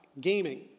gaming